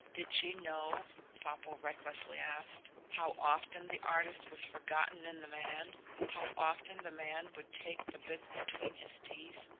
did she know popple recklessly asked how often the artist was forgotten in the man how often the man would take the bit between his teeth,